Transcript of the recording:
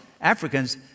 Africans